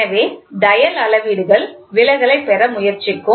எனவே டயல் அளவீடுகள் விலகலைப் பெற முயற்சிக்கும்